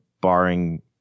barring